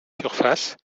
surface